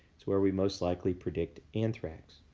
it's where we most likely predict anthrax.